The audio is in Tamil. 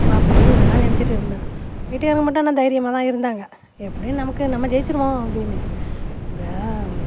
அப்படின்னு நான் நினச்சிட்டு இருந்தேன் வீட்டுக்காரங்க மட்டும் ஆனால் தைரியமாக தான் இருந்தாங்க எப்படியும் நமக்கு நம்ம ஜெயிச்சிடுவோம் அப்படின்னு வே